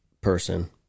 person